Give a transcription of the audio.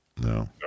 no